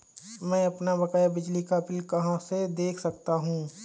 मैं अपना बकाया बिजली का बिल कहाँ से देख सकता हूँ?